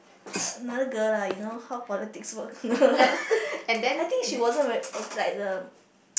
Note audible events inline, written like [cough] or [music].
another girl lah you know how politics works [laughs] I think she wasn't very like the [noise]